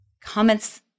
Comments